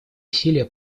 усилия